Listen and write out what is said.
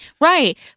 Right